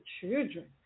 children